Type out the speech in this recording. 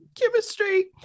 chemistry